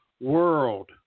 world